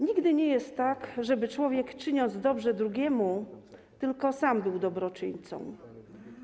Nigdy nie jest tak, żeby człowiek, czyniąc dobrze drugiemu, tylko sam był dobroczyńcą.